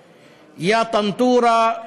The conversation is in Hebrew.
טנטורה,